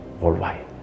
worldwide